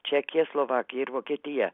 čekija slovakija ir vokietija